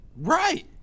Right